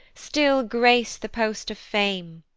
still grace the post of fame,